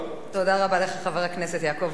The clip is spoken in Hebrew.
תודה רבה לך, חבר הכנסת יעקב כץ.